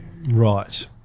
Right